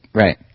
Right